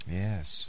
yes